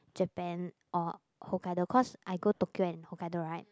Japan or Hokkaido cause I go Tokyo and Hokkaido right